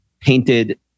painted